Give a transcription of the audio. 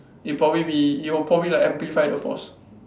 it probably be it will probably like amplify the force